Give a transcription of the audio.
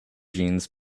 jeans